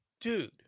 Dude